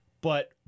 But-